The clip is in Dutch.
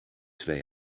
twee